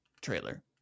trailer